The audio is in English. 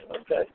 okay